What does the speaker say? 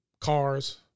cars